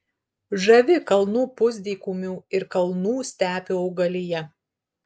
žavi kalnų pusdykumių ir kalnų stepių augalija